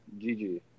GG